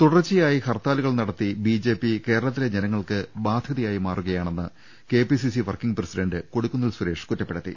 തുടർച്ചയായി ഹർത്താലുകൾ നടത്തി ബിജെപി കേരളത്തിലെ ജനങ്ങൾക്ക് ബാധൃതയായി മാറുകയാണെന്ന് KPCC working president Kodikunnil Suresh കുറ്റപ്പെടുത്തി